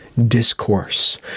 discourse